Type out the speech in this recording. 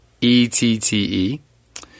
E-T-T-E